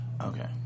Okay